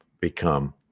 become